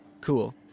cool